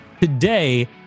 Today